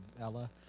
Ella